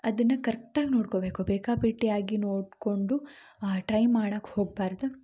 ಅದನ್ನು ಕರೆಕ್ಟಾಗಿ ನೋಡಿಕೋಬೇಕು ಬೇಕಾಬಿಟ್ಟಿಯಾಗಿ ನೋಡಿಕೊಂಡು ಟ್ರೈ ಮಾಡಕ್ಕೋಗ್ಬಾರದು